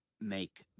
make